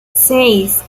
seis